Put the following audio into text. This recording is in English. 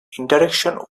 interaction